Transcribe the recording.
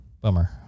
Bummer